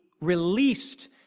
released